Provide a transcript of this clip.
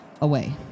away